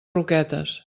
roquetes